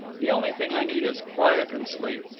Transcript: the only thing i need is quiet and sleep.